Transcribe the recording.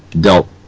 dealt